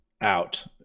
out